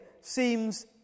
seems